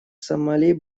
сомали